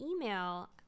email